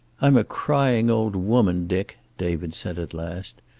i'm a crying old woman, dick, david said at last.